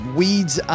weeds